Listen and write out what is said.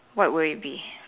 what would it be